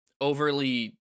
overly